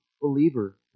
believer